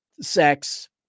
sex